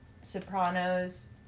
Sopranos